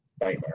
nightmare